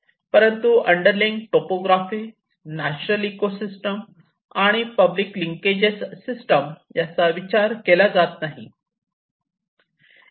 परंतु underlying topography natural ecosystem आणि public linkages system याचा विचार केला जात नाही